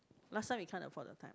last time we can't afford the time